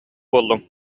буоллуҥ